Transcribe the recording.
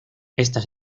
estas